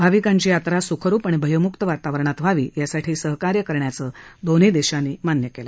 भाविकांची यात्रा सुखरुप आणि भयमुक्त वातावरणात व्हावी यासाठी सहाकार्य करण्याचं दोन्ही देशांनी मान्य केलं